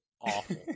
awful